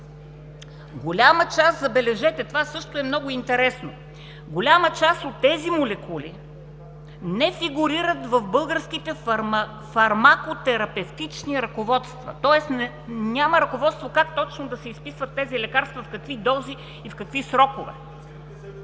интересно – от тези молекули не фигурират в българските фармакотерапевтични ръководства, тоест няма ръководство как точно да се изписват тези лекарства, в какви дози и в какви срокове.